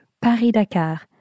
Paris-Dakar